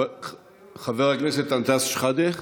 חבר הכנסת אנטאנס שחאדה,